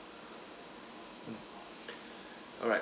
alright